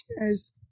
Cheers